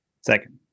Second